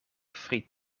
friet